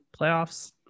playoffs